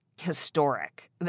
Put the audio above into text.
historic